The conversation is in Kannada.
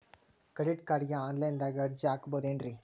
ಕ್ರೆಡಿಟ್ ಕಾರ್ಡ್ಗೆ ಆನ್ಲೈನ್ ದಾಗ ಅರ್ಜಿ ಹಾಕ್ಬಹುದೇನ್ರಿ?